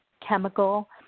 chemical